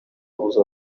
buza